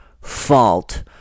fault